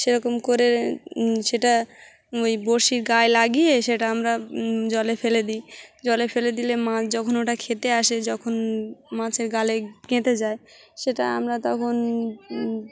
সেরকম করে সেটা ওই বরশির গায়ে লাগিয়ে সেটা আমরা জলে ফেলে দিই জলে ফেলে দিলে মাছ যখন ওটা খেতে আসে যখন মাছের গালে কেঁটে যায় সেটা আমরা তখন